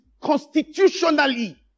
constitutionally